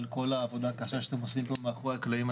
על כל העבודה הקשה שאתם עושים פה מאחורי הקלעים.